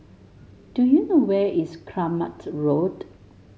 do you know where is Kramat Road